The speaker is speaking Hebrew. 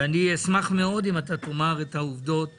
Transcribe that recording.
ואני אשמח מאוד אם תאמר את העובדות כאן,